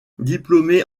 diplômé